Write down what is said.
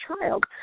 child